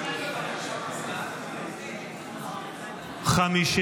בדבר הפחתת תקציב לא נתקבלו.